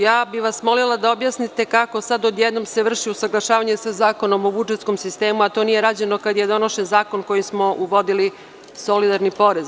Ja bih vas molila da objasnite kako se odjednom vrši usaglašavanje sa Zakonom o budžetskom sistemu, a to nije rađeno kad je donošen zakon kojim smo uvodili solidarni porez?